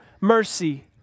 mercy